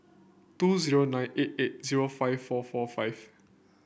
two zero nine eight eight zero five four four five